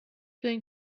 going